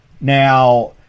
Now